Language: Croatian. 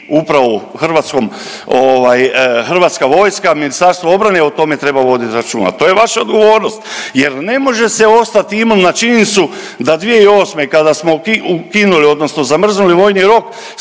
upravo u hrvatskom ovaj, HV, Ministarstvo obrane o tome treba voditi računa. To je vaša odgovornost jer ne može se ostati imun na činjenicu da 2008. kada smo ukinuli odnosno zamrznuli vojni rok